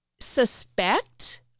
suspect